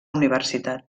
universitat